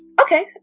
Okay